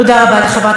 אינה נוכחת,